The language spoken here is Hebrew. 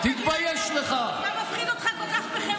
אתה נגד, מה מפחיד אותך כל כך בחירות?